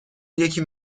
یکی